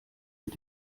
mit